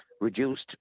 reduced